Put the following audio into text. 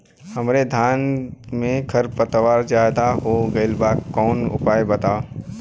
हमरे धान में खर पतवार ज्यादे हो गइल बा कवनो उपाय बतावा?